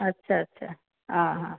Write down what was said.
ଆଚ୍ଛା ଆଚ୍ଛା ହଁ ହଁ